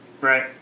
right